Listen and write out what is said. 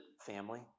family